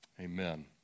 Amen